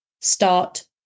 start